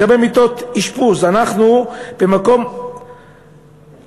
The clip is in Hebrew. לגבי מיטות אשפוז, אנחנו במקום 70,